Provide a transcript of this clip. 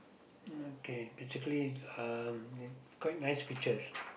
okay basically it's um it's quite nice pictures